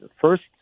first